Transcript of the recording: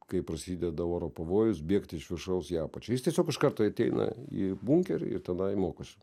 kai prasideda oro pavojus bėgti iš viršaus į apačią jis tiesiog iš karto ateina į bunkerį ir tenai mokosi